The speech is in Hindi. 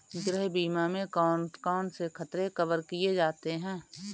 गृह बीमा में कौन कौन से खतरे कवर किए जाते हैं?